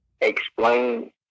explain